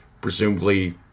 presumably